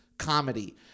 comedy